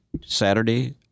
Saturday